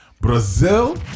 Brazil